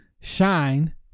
shine